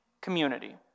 community